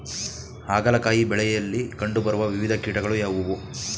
ಹಾಗಲಕಾಯಿ ಬೆಳೆಯಲ್ಲಿ ಕಂಡು ಬರುವ ವಿವಿಧ ಕೀಟಗಳು ಯಾವುವು?